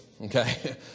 okay